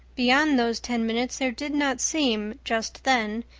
beyond those ten minutes there did not seem, just then,